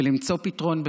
ולמצוא פתרון,